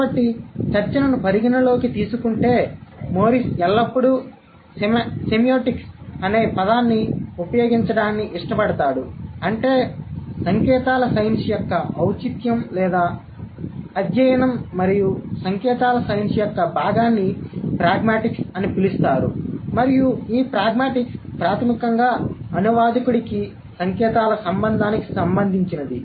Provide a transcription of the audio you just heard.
కాబట్టి చర్చను పరిగణనలోకి తీసుకుంటే మోరిస్ ఎల్లప్పుడూ సెమియోటిక్స్ అనే పదాన్ని ఉపయోగించడాన్ని ఇష్టపడతాడు అంటే సంకేతాల సైన్స్ యొక్క ఔచిత్యం లేదా అధ్యయనం మరియు సంకేతాల సైన్స్ యొక్క భాగాన్ని ప్రాగ్మాటిక్స్ అని పిలుస్తారు మరియు ఈ ప్రాగ్మాటిక్స్ ప్రాథమికంగా అనువాదకుడికి సంకేతాల సంబంధానికి సంబంధించినది